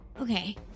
Okay